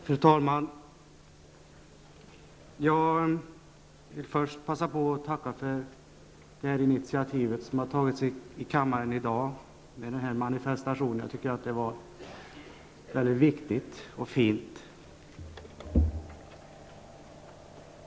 Fru talman! Jag vill först passa på att tacka för det initiativ som har tagits i kammaren i dag med den här manifestationen. Jag tycker att det var viktigt och fint.